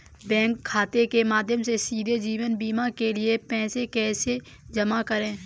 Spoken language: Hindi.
बैंक खाते के माध्यम से सीधे जीवन बीमा के लिए पैसे को कैसे जमा करें?